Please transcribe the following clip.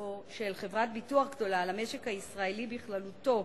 או של חברת ביטוח גדולה על המשק הישראלי בכללותו